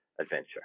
adventure